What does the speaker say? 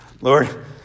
Lord